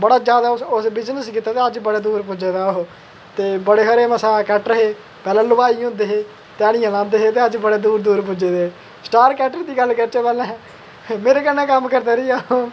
बड़ा जादा उस बिजनेस कीता ते अज्ज बड़े दूर पुज्जे दा ओह् ते बड़े सारे मसॉज कैटर हे पैह्लें हलवाई होंदे हे ध्याड़ियां लांदे हे ते अज्ज बड़े बड़े दूर पुज्जे दे स्टार कैटर दी गल्ल करचै पैह्लें मेरै कन्नै कम्म करदा रेहा ओह्